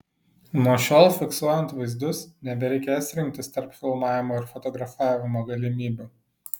nuo šiol fiksuojant vaizdus nebereikės rinktis tarp filmavimo ir fotografavimo galimybių